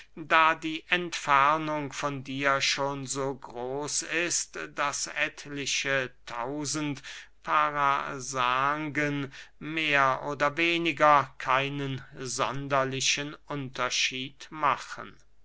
da die entfernung von dir schon so groß ist daß etliche tausend parasangen mehr oder weniger keinen sonderlichen unterschied machen